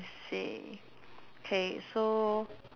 see K so